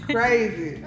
Crazy